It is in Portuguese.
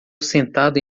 sentado